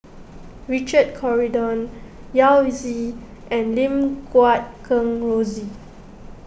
Richard Corridon Yao Zi and Lim Guat Kheng Rosie